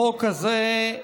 החוק הזה,